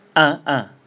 ah ah